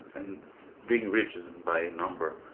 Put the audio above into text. and being rich is by number.